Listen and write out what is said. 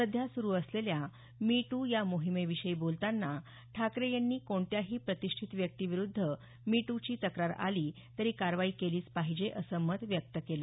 सध्या सुरू असलेल्या मी टू या मोहिमेविषयी बोलतांना ठाकरे यांनी कोणत्याही प्रतिष्ठित व्यक्तिविरुद्ध मी टूची तक्रार आली तरी कारवाई केलीच पाहिजे असं मत व्यक्त केलं